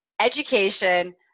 education